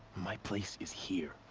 my place is here.